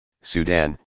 Sudan